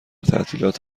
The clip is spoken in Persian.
تعطیلات